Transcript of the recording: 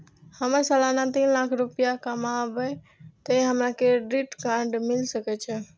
हमर सालाना तीन लाख रुपए कमाबे ते हमरा क्रेडिट कार्ड मिल सके छे?